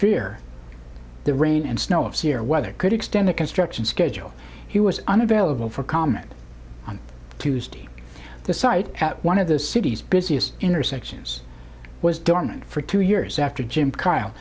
fear the rain and snow up here weather could extend the construction schedule he was unavailable for comment on tuesday the site at one of the city's busiest intersections was dormant for two years after jim kyle